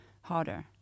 harder